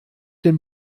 den